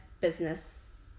business